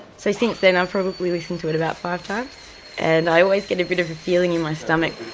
so since then i've probably listened to it about five times and i always get a bit of a feeling in my stomach.